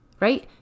Right